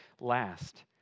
last